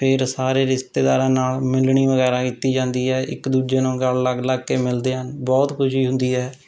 ਫਿਰ ਸਾਰੇ ਰਿਸ਼ਤੇਦਾਰਾਂ ਨਾਲ ਮਿਲਣੀ ਬਗੈਰਾ ਕੀਤੀ ਜਾਂਦੀ ਹੈ ਇੱਕ ਦੂਜੇ ਨੂੰ ਗਲ ਲੱਗ ਲੱਗ ਕੇ ਮਿਲਦੇ ਹਨ ਬਹੁਤ ਖੁਸ਼ੀ ਹੁੰਦੀ ਹੈ